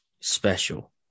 special